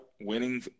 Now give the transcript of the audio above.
winning